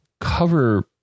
cover